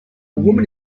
woman